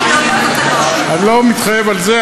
אני לא מתחייב על זה,